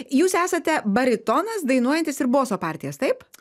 jūs esate baritonas dainuojantis ir boso partijas taip